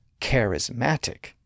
charismatic